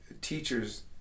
teachers